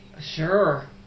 Sure